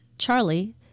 Charlie